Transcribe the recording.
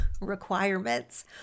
requirements